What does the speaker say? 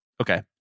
Okay